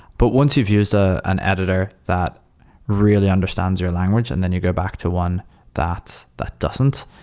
but once you've used ah an editor that really understands your language and then you go back to one that that doesn't,